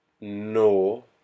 no